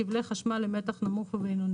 כבלי חשמל למתח נמוך ובינוני".